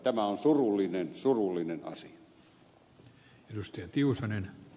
tämä on surullinen surullinen asia